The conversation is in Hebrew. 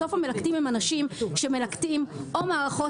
בסוף המלקטים הם אנשים שמלקטים או מערכות,